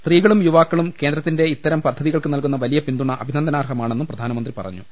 സ്ത്രീകളും യുവാ ക്കളും കേന്ദ്രത്തിന്റെ ഇത്തരം പദ്ധതികൾക്ക് നൽകുന്ന വലിയ പിന്തുണ അഭിനന്ദനാർഹമാണെന്നും പ്രധാനമന്ത്രി പറഞ്ഞു